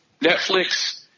Netflix